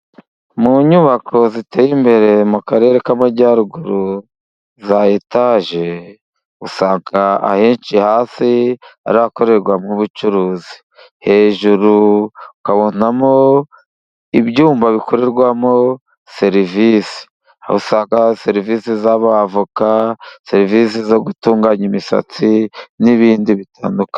Mu nyubako ziteye imbere mu karere k'amajyaruguru za etage, usanga ahenshi hasi arakorerwamo ubucuruzi, hejuru ukabonamo ibyumba bikorerwamo serivisi, usanga serivisi z'abavoka, serivisi zo gutunganya imisatsi, n'ibindi bitandukanye.